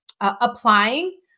applying